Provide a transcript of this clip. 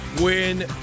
win